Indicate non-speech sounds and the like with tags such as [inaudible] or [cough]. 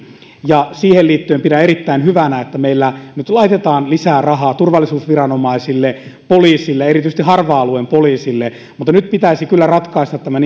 ja siihen liittyen pidän erittäin hyvänä että meillä nyt laitetaan lisää rahaa turvallisuusviranomaisille poliisille erityisesti harva alueen poliisille mutta nyt pitäisi kyllä ratkaista tämä [unintelligible]